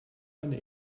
eine